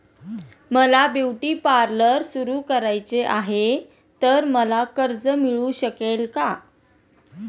मला beauty parlour सुरू करायचे आहे तर मला कर्ज मिळू शकेल का?